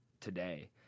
today